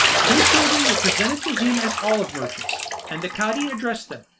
two children were presented to him as olive merchants, and the cadi addressed them.